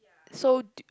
so